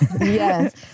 Yes